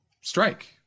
strike